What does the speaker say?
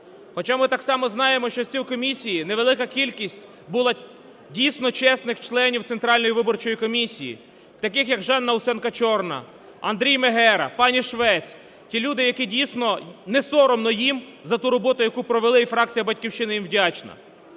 Хоча ми так само знаємо, що в цій комісії невелика кількість була, дійсно, чесних членів Центральної виборчої комісії. Таких як Жанна Усенко-Чорна, Андрій Магера, пані Швець – ті люди, які, дійсно, не соромно їм за ту роботу, яку провели, і фракція "Батьківщина" їм вдячна.